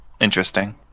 Interesting